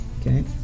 Okay